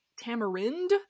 Tamarind